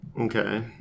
Okay